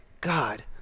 God